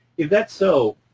if that's so,